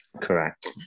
Correct